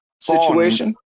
situation